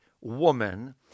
woman